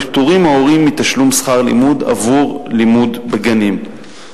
פטורים ההורים מתשלום שכר לימוד עבור לימוד בגנים.